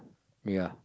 ya